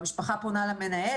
המשפחה פונה למנהל,